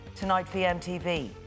TonightVMTV